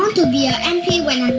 um to be a mp when